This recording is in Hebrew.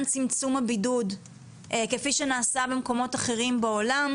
צמצום הבידוד וכפי שנעשה במקומות אחרים בעולם,